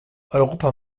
europa